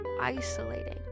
isolating